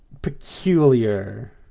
peculiar